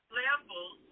levels